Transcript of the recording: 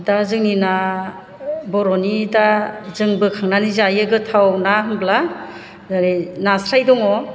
दा जोंनि ना बर'नि दा जों बोखांनानै जायो गोथाव ना होनब्ला ओरै नास्राय दङ